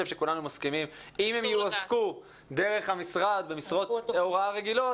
שכולנו מסכימים שאם הם יועסקו דרך המשרד במשרות הוראה רגילות,